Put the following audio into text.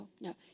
no